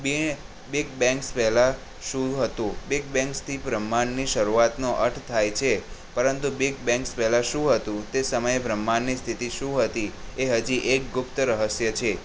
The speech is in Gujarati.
બિગ બેંગ્સ પહેલાં શું હતું બિગ બેંગ્સથી બ્રહ્માંડની શરૂઆતનો અર્થ થાય છે પરંતુ બિગ બેંગ્સ પહેલાં શું હતું તે સમયે બ્રહ્માંડની સ્થિતિ શું હતી એ હજી એક ગુપ્ત રહસ્ય છે